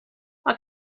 what